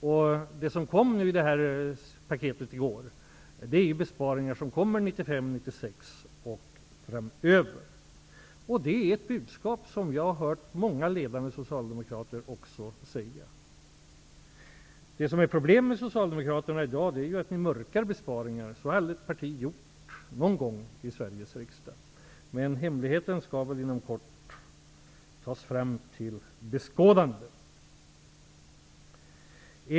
I paketet i år finns besparingar som kommer 1995, 1996 och framöver. Det är ett budskap som jag också har hört många ledande socialdemokrater komma med. Problemet med Socialdemokraterna i dag är att de mörkar besparingar. Så har ett parti aldrig någonsin gjort i Sveriges riksdag. Hemligheten skall väl inom kort tas fram till beskådande.